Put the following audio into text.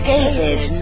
David